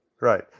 right